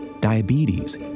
diabetes